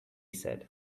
said